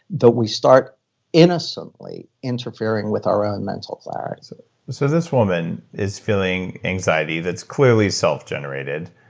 though we start innocently interfering with our own mental clarity so so this woman is feeling anxiety that's clearly self-generated.